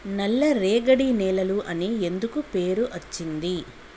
నల్లరేగడి నేలలు అని ఎందుకు పేరు అచ్చింది?